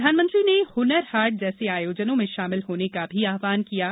प्रधानमंत्री ने हुनर हाट जैसे आयोजनों में शामिल होने का भी आव्हान किया है